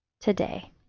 today